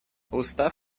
устав